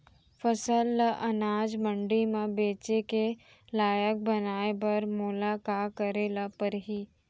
फसल ल अनाज मंडी म बेचे के लायक बनाय बर मोला का करे ल परही?